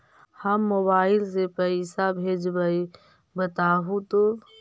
हम मोबाईल से पईसा भेजबई बताहु तो?